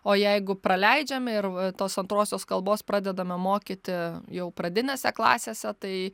o jeigu praleidžiame ir tos antrosios kalbos pradedame mokyti jau pradinėse klasėse tai